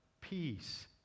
peace